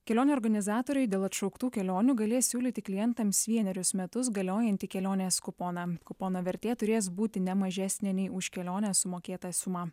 kelionių organizatoriai dėl atšauktų kelionių galės siūlyti klientams vienerius metus galiojantį kelionės kuponą kupono vertė turės būti ne mažesnė nei už kelionę sumokėtą sumą